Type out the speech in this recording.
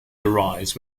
arise